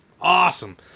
Awesome